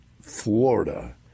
Florida